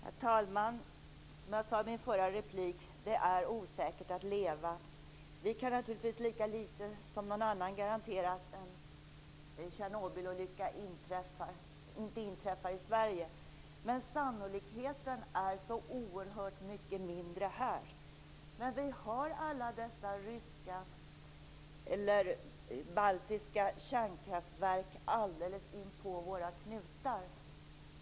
Herr talman! Som jag sade i min förra replik: Det är osäkert att leva. Vi kan naturligtvis lika litet som någon annan garantera att en Tjernobylolycka inte inträffar i Sverige. Men sannolikheten är så oerhört mycket mindre här. Vi har alla dessa baltiska kärnkraftverk alldeles inpå våra knutar.